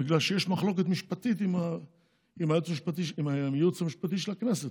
בגלל שיש מחלוקת משפטית עם הייעוץ המשפטי של הכנסת.